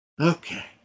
Okay